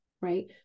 right